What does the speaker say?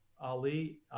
Ali